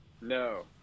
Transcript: no